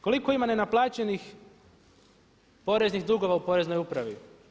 Koliko ima nenaplaćenih poreznih dugova u Poreznoj upravi?